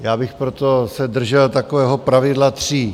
Já bych se proto držel takového pravidla tří.